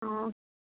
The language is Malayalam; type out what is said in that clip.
ആ